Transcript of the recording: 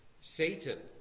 Satan